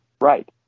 Right